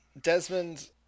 desmond